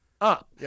up